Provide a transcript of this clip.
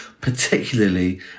particularly